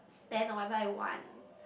spend on whatever I want